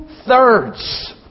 two-thirds